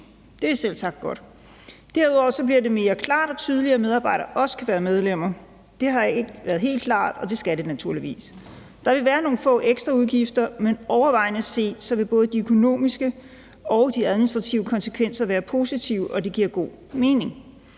Det er selvsagt godt. Derudover bliver det mere klart og tydeligt, at medarbejdere også kan være medlemmer. Det har ikke været helt klart, og det skal det naturligvis være. Der vil være nogle få ekstra udgifter, men overordnet set vil både de økonomiske og administrative effekter være positive, og det giver god mening,